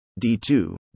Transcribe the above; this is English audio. d2